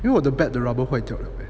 因为我的 bat the rubber 坏掉了